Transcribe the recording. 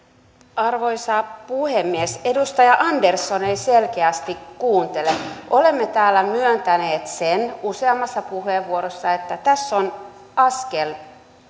arvoisa puhemies edustaja andersson ei selkeästi kuuntele olemme täällä myöntäneet sen useammassa puheenvuorossa että tässä on askel